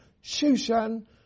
Shushan